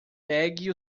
pegue